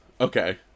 Okay